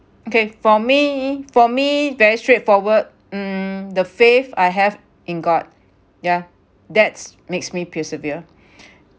okay for me for me very straightforward hmm the faith I have in god yeah that's makes me persevere